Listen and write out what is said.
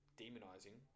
demonizing